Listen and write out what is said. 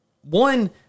one